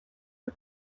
y’i